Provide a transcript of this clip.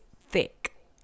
thick